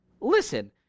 Listen